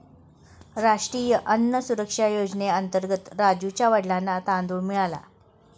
राष्ट्रीय अन्न सुरक्षा योजनेअंतर्गत राजुच्या वडिलांना तांदूळ मिळाला